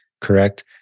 correct